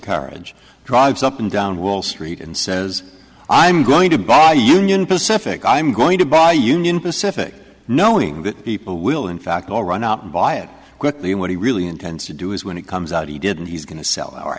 carriage drives up and down wall street and says i'm going to buy union pacific i'm going to buy union pacific knowing people will in fact all run up and buy it quickly what he really intends to do is when it comes out he did and he's going to sell our